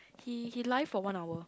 he he live for one hour